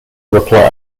reply